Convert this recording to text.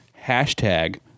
hashtag